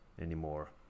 anymore